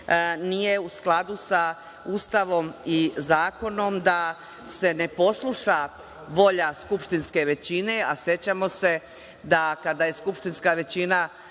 nije u skladu sa Ustavom i zakonom da se ne posluša volja skupštinske većine, a sećamo se da kada je skupština većina